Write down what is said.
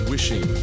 Wishing